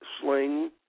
sling